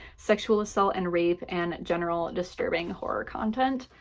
sexual assault and rape, and general disturbing horror content,